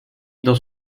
dans